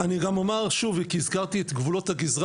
אני גם אומר שוב כי הזכרתי את גבולות הגזרה